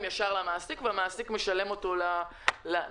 ישר למעסיק והמעסיק משלם אותם לעובד.